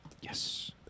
yes